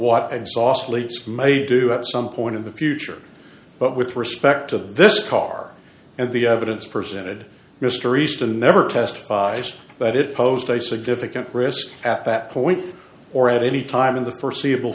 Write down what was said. at some point in the future but with respect to this car and the evidence presented mr easton never testified that it posed a significant risk at that point or at any time in the foreseeable